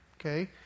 okay